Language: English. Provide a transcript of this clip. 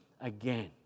again